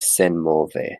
senmove